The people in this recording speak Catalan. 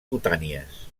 cutànies